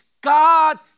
God